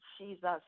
jesus